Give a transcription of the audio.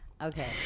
Okay